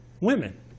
women